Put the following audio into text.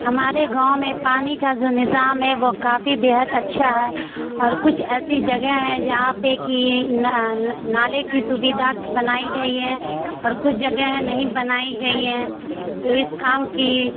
ہمارے گاؤں میں پانی کا جو نظام ہے وہ کافی بے حد اچھا ہے اور کچھ ایسی جگہ ہیں جہاں پہ کی نالے کی سویدھا بنائی گئی ہے اور کچھ جگہ ہیں نہیں بنائی گئی ہیں تو اس کام کی